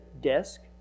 desk